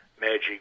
magic